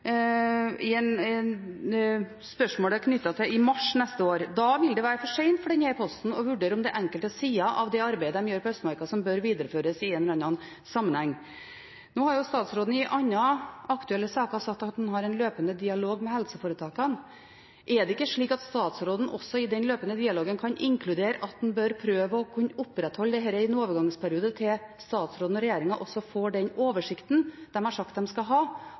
spørsmålet knyttet til dette i mars neste år. Da vil det være for sent for denne posten å vurdere om det er enkelte sider av det arbeidet de gjør på Østmarka, som bør videreføres i en eller annen sammenheng. Nå har statsråden i andre aktuelle saker sagt at han har en løpende dialog med helseforetakene. Er det ikke slik at statsråden også i den løpende dialogen kan inkludere at en bør prøve å kunne opprettholde dette i en overgangsperiode, til statsråden og regjeringen får den oversikten de har sagt de skal ha,